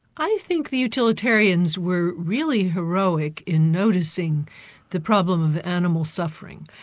i think the utilitarians were really heroic in noticing the problem with animal suffering,